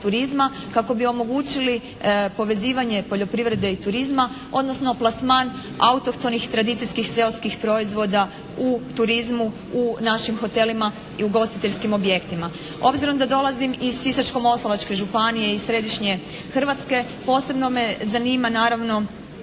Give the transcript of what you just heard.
kako bi omogućili povezivanje poljoprivrede i turizma odnosno plasman autohtonih tradicijskih seoskih proizvoda u turizmu, u našim hotelima i ugostiteljskim objektima. Obzirom da dolazim iz Sisačko-Moslavačke županije i središnje Hrvatske posebno me zanima naravno